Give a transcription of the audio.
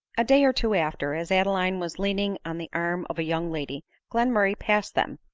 a day or two after, as adeline was leaning on the arm of a young lady, glenmurray passed them,